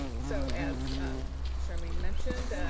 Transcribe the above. so as charlene mentioned,